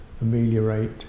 ameliorate